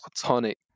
platonic